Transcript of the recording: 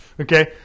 Okay